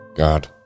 God